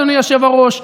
אדוני היושב-ראש,